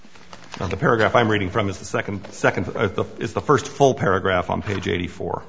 for the paragraph i'm reading from is the second second the is the first full paragraph on page eighty four